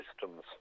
systems